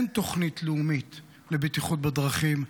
אין תוכנית לאומית לבטיחות בדרכים.